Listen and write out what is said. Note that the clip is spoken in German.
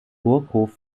burghof